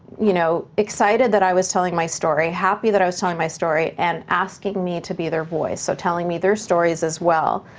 you know excited that i was telling my story, happy that i was telling my story, and asking me to be their voice, so telling me their stories as well.